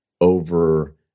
over